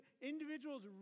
individuals